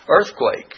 earthquake